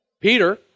Peter